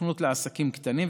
הסוכנות לעסקים קטנים,